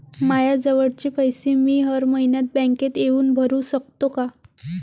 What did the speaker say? मायाजवळचे पैसे मी हर मइन्यात बँकेत येऊन भरू सकतो का?